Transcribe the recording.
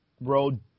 road